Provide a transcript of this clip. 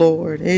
Lord